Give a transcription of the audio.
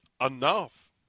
enough